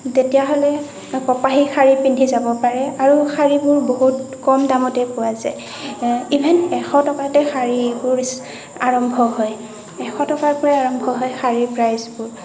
তেতিয়াহ'লে কপাহী শাড়ী পিন্ধি যাব পাৰে আৰু শাড়ীবোৰ বহুত কম দামতে পোৱা যায় ইভেন এশ টকাতে শাড়ী আৰম্ভ হয় এশ টকাৰ পৰা আৰম্ভ হয় শাড়ীৰ প্ৰাইছবোৰ